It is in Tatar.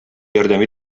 ярдәм